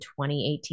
2018